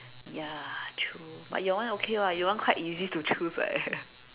ya true but your one okay lah your one quite easy to choose eh